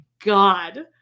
god